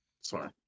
Sorry